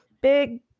big